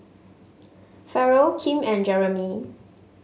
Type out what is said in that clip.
Ferrell Kim and Jeremey